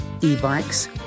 E-bikes